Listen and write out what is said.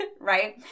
Right